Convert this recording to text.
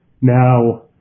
now